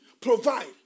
provide